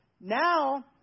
now